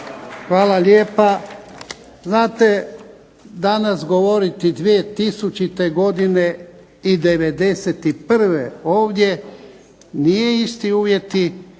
Hvala lijepa. Znate danas govoriti 2000. godine i '91. ovdje nije isti uvjeti,